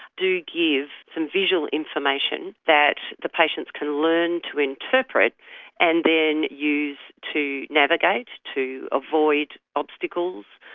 do give some visual information that the patients can learn to interpret and then use to navigate to avoid obstacles,